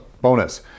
bonus